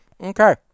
Okay